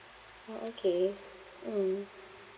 orh okay mm